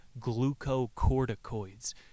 glucocorticoids